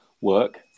work